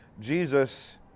Jesus